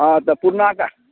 हाँ तऽ पुरना गा